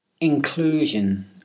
inclusion